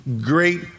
great